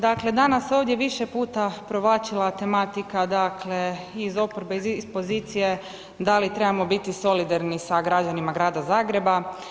Dakle, danas ovdje više puta provlačila tematika dakle iz oporbe, iz pozicije, da li trebamo biti solidarni sa građanima Grada Zagreba.